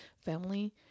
family